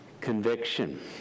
conviction